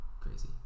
crazy